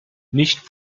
nicht